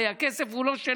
הרי הכסף הוא לא שלנו,